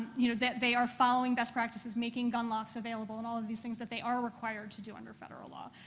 you know, they they are following best practices, making gun locks available and all of these things that they are required to do under federal law.